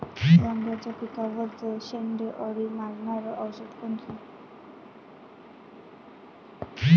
वांग्याच्या पिकावरचं शेंडे अळी मारनारं औषध कोनचं?